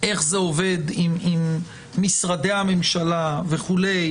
איך זה עובד עם משרדי הממשלה וכו'?